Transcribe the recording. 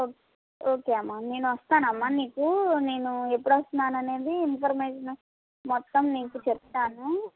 okay okay అమ్మ నేను వస్తానమ్మా నీకూ నేను ఎప్పుడు వస్తున్నాను అనేది ఇన్ఫర్మేషన్ మొత్తం నీకు చెప్తాను